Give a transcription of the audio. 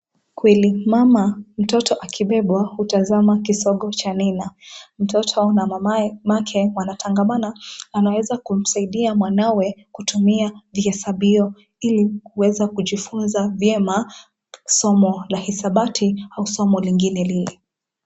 Kweli mama, mtoto akibebwa hutazama kisogo cha nina. Mtoto na mamake wanatangamana, anaweza kumsaidia mwanawe kutumia vihesabio ili kuweza kujifunza vyema, somo la hisabati au somo lingine lile.